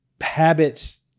habits